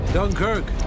Dunkirk